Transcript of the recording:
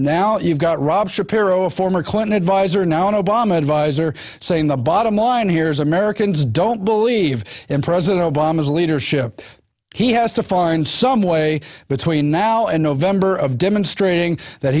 now you've got rob shapiro a former clinton adviser now an obama adviser saying the bottom line here is americans don't believe in president obama's leadership he has to find some way between now and november of demonstrating that